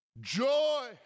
joy